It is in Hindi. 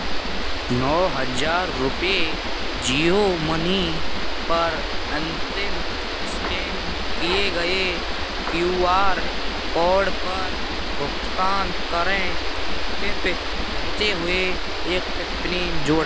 नौ हज़ार रुपये जियो मनी पर अंतिम स्कैन किए गए क्यू आर कॉड पर भुगतान करें टिप केहते हुए एक टिप्पणी जोड़े